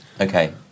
Okay